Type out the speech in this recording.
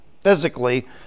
physically